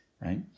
right